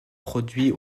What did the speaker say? produits